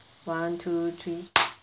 one two three